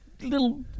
little